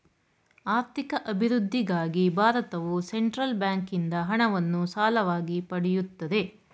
ಆರ್ಥಿಕ ಅಭಿವೃದ್ಧಿಗಾಗಿ ಭಾರತವು ಸೆಂಟ್ರಲ್ ಬ್ಯಾಂಕಿಂದ ಹಣವನ್ನು ಸಾಲವಾಗಿ ಪಡೆಯುತ್ತದೆ